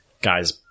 guys